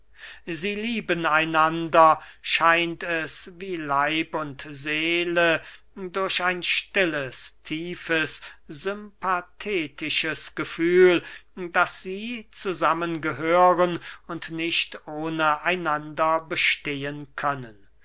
sie lieben einander scheint es wie leib und seele durch ein stilles tiefes svmpathetisches gefühl daß sie zusammen gehören und nicht ohne einander bestehen können